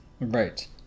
Right